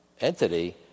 entity